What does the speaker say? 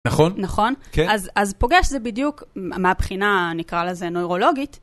נכון? -נכון. אז פוגש, זה בדיוק, מהבחינה נקרא לזה נוירולוגית.